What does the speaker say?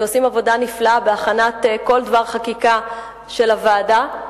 שעושים עבודה נפלאה בהכנת כל דבר חקיקה של הוועדה.